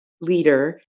leader